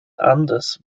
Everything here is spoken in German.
anders